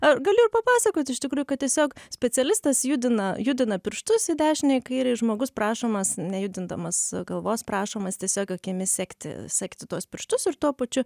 a galiu ir papasakot iš tikrųjų kad tiesiog specialistas judina judina pirštus į dešinę į kairę ir žmogus prašomas nejudindamas galvos prašomas tiesiog akimis sekti sekti tuos pirštus ir tuo pačiu